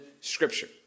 scripture